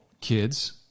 kids